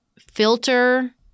filter